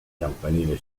campanile